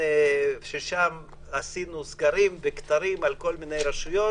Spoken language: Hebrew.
שם עשינו סגרים וכתרים על כל מיני רשויות